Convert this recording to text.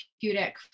therapeutic